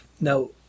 now